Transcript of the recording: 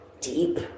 deep